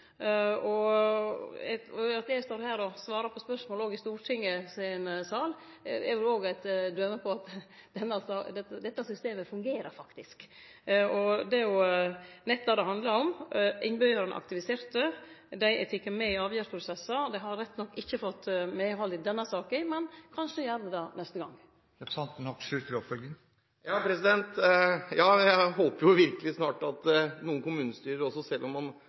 Og det at eg står her og svarar på spørsmål i Stortinget, er vel òg eit døme på at dette systemet faktisk fungerer. Det er nett det det handlar om: Innbyggjarane er aktiviserte, og dei er tekne med i avgjerdsprosessar. Dei har rett nok ikkje fått medhald i denne saka, men kanskje får dei det neste gong. Ja, jeg håper virkelig at noen kommunestyrer, selv om man er uenig, snart